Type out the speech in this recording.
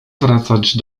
wracać